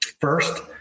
First